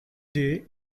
day